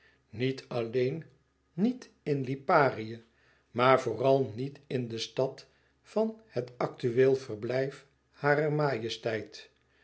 niet alleen niet in liparië maar vooral niet in de stad van het aktueel verblijf harer majesteit